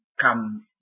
come